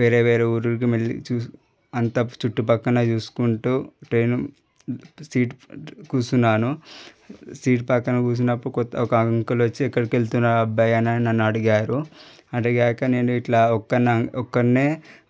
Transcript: వేరే వేరే ఊళ్ళకు మళ్ళా చూసి అంతా చుట్టుపక్కల చూసుకుంటు ట్రైను సీట్ కూర్చున్నాను సీట్ పక్కన కూర్చున్నప్పుడు కొత్త ఒక అంకుల్ వచ్చి ఎక్కడికి వెళ్తున్నావు అబ్బాయి అని నన్ను అడిగారు అడిగాక నేను ఇట్లా ఒక్కన్ని ఒక్కన్ని